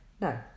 No